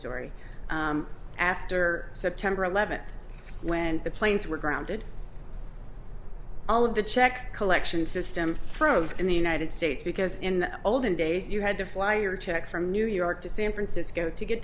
story after september eleventh when the planes were grounded all of the check collection system froze in the united states because in the olden days you had to fly your tech from new york to san francisco to get